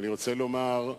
אני רוצה לומר,